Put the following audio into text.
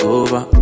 over